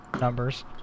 numbers